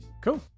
cool